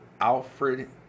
Alfred